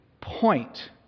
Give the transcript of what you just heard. point